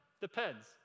depends